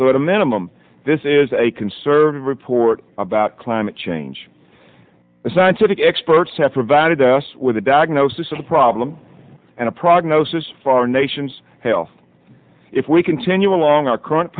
so at a minimum this is a conservative report about climate change the scientific experts have provided us with a diagnosis of a problem and a prognosis for our nation's health if we continue along our current